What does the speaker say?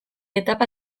etapa